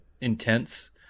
intense